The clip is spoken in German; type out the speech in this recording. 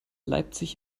leipzig